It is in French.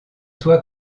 toit